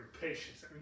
patience